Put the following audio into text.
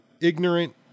ignorant